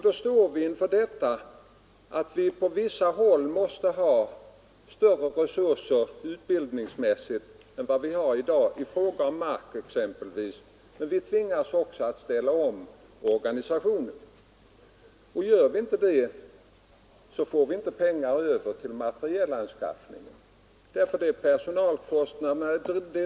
Då står vi inför detta att vi på vissa håll måste ha större utbildningsresurser än vi har i dag, exempelvis i fråga om mark. Men vi tvingas också att ställa om organisationen. Gör vi inte det, så får vi inte pengar över till materialanskaffning.